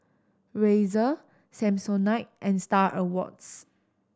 Razer Samsonite and Star Awards